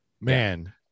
man